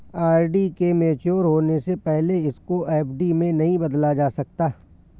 RD के mature होने से पहले इसको एफ.डी में नहीं बदला जा सकता